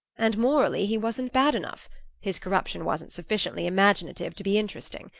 and morally he wasn't bad enough his corruption wasn't sufficiently imaginative to be interesting.